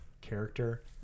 character